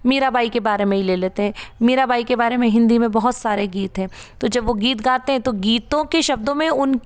मीराबाई के बारे में ही ले लेते हैं मीराबाई के बारे में हिन्दी में बहुत सारे गीत है तो जब वो गीत गाते है तो गीतों के शब्दों में उन